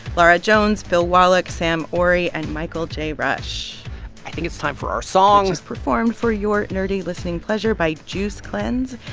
laura jones, bill wallack, sam ori and michael j. rush i think it's time for our song which is performed for your nerdy listening pleasure by juice cleanse.